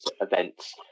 events